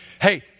hey